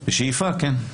בשאיפה, כן.